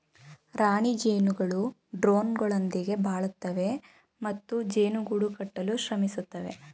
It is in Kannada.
ರಾಣಿ ಜೇನುಗಳು ಡ್ರೋನ್ಗಳೊಂದಿಗೆ ಬಾಳುತ್ತವೆ ಮತ್ತು ಜೇನು ಗೂಡು ಕಟ್ಟಲು ಶ್ರಮಿಸುತ್ತವೆ